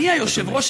אדוני היושב-ראש,